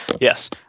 Yes